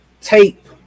tape